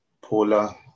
Paula